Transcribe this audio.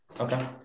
Okay